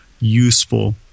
useful